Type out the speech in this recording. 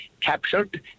captured